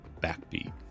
backbeat